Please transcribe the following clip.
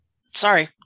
sorry